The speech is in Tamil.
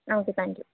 ah okay thank you